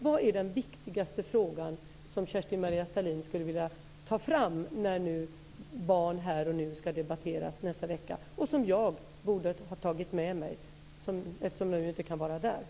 Vilken är den viktigaste fråga som Kerstin-Maria Stalin skulle vilja ta fram när barn här och nu ska debatteras nästa vecka och som jag borde ha tagit med mig? Jag har ju inte möjlighet att delta.